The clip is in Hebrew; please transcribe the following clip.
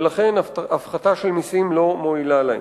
ולכן הפחתה של מסים לא מועילה להם.